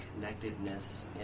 connectedness